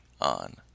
on